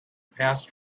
passed